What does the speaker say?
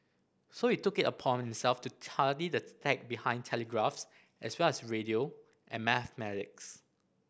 so he took it upon himself to study the tech behind telegraphs as well as radio and mathematics